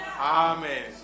Amen